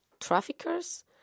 traffickers